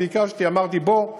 ביקשתי ואמרתי: בוא,